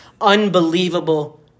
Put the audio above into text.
unbelievable